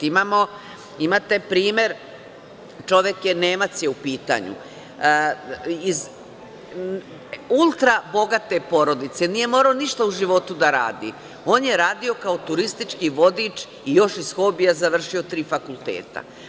Imate primer čoveka, Nemac je u pitanju, iz ultra bogate porodice, nije morao ništa u životu da radi, on je radio kao turistički vodič i još iz hobija završio tri fakulteta.